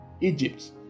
Egypt